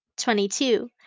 Twenty-two